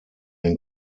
den